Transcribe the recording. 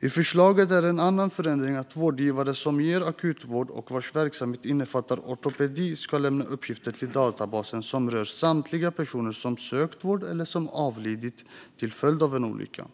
i förslaget är att vårdgivare som ger akutvård och vars verksamhet innefattar ortopedi ska lämna uppgifter till databasen som rör samtliga personer som sökt vård eller som avlidit till följd av en olycka.